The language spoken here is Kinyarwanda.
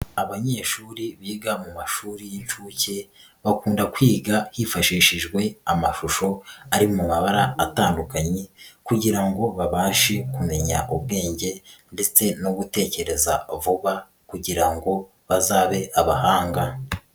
Abanyeshuri biga mu mashuri y'inshuke, bakunda kwiga hifashishijwe amashusho ari mu mabara atandukanye kugira ngo babashe kumenya ubwenge ndetse no gutekereza vuba kugira ngo bazabe abahanga.